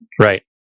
Right